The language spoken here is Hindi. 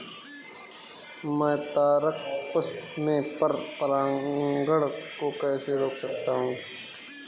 मैं तारक पुष्प में पर परागण को कैसे रोक सकता हूँ?